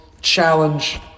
challenge